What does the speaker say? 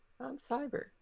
Cyber